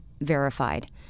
verified